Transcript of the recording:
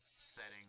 setting